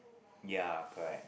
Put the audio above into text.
ya correct